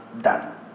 done